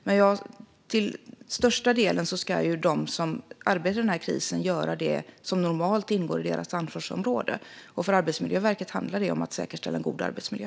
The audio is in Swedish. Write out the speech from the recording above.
Men till största delen ska de som arbetar under den här krisen göra det som normalt ingår i deras ansvarsområde, och för Arbetsmiljöverket handlar det om att säkerställa en god arbetsmiljö.